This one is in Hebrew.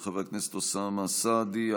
של חבר הכנסת אוסאמה סעדי,